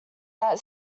that